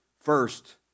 First